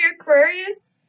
Aquarius